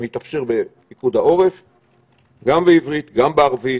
גם בעברית, גם בערבית,